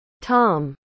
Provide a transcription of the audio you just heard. Tom